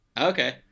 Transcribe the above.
okay